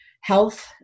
health